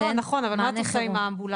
לא, נכון, אבל מה את עושה עם האמבולנסים?